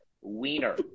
Wiener